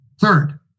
Third